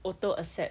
auto accept